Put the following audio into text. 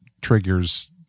triggers